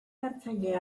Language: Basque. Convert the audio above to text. hartzaile